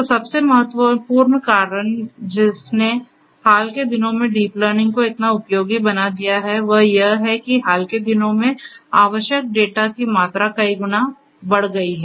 तो सबसे महत्वपूर्ण कारण जिसने हाल के दिनों में डीप लर्निंग को इतना उपयोगी बना दिया है वह यह है कि हाल के दिनों में आवश्यक डेटा की मात्रा कई गुना बढ़ गई है